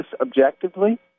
objectively